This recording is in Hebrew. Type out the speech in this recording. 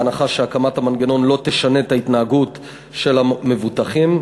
בהנחה שהקמת המנגנון לא תשנה את ההתנהגות של המבוטחים,